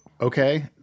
okay